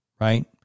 Right